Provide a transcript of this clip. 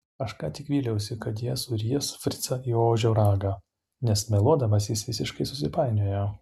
aš ką tik vyliausi kad jie suries fricą į ožio ragą nes meluodamas jis visiškai susipainiojo